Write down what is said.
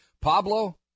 Pablo